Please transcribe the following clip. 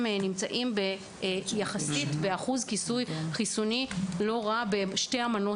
ניכר אחוז כיסוי חיסוני לא רע לגבי שתי המנות